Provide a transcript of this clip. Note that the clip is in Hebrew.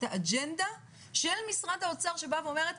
האג'נדה של משרד האוצר שבאה ואומרת,